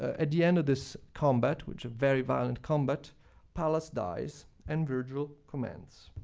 at the end of this combat, which a very valiant combat pallas dies, and virgil comments.